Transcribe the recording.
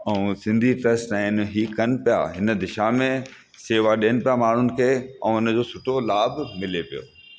ऐं सिंधी ट्र्स्ट आहिनि हीअ कनि पिया हिन दिशा में सेवा ॾेयनि था माण्हुनि खे ऐं उनजो सुठो लाभ मिले पियो